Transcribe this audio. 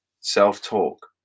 self-talk